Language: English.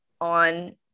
on